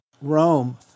Rome